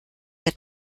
wird